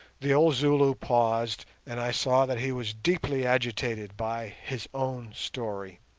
the old zulu paused, and i saw that he was deeply agitated by his own story.